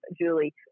Julie